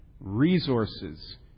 resources